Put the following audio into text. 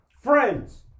friends